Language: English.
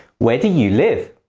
where do you live?